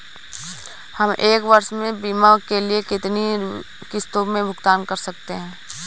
हम एक वर्ष में बीमा के लिए कितनी किश्तों में भुगतान कर सकते हैं?